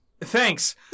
Thanks